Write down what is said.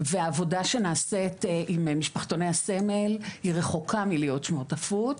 והעבודה שנעשית עם משפחתוני הסמל היא רחוקה מלהיות שמרטפות,